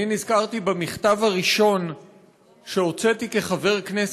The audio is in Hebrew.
נזכרתי במכתב הראשון שהוצאתי כחבר כנסת,